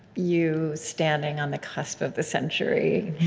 you standing on the cusp of the century.